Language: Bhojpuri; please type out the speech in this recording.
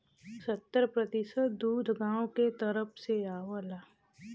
सत्तर प्रतिसत दूध गांव के तरफ से आवला